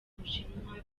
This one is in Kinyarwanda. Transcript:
bushinwa